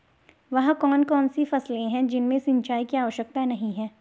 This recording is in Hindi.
वह कौन कौन सी फसलें हैं जिनमें सिंचाई की आवश्यकता नहीं है?